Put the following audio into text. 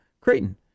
Creighton